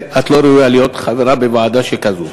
את לא ראויה להיות חברה בוועדה שכזו,